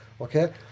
okay